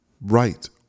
right